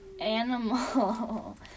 animal